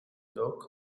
doc